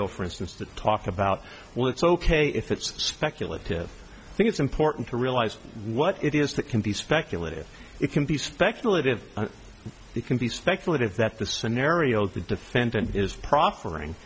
label for instance that talk about well it's ok if it's speculative i think it's important to realize what it is that can be speculative it can be speculative it can be speculative that the scenario the defendant is pro